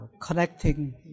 connecting